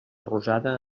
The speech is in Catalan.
rosada